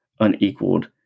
unequaled